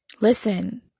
listen